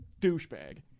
douchebag